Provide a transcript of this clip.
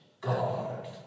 God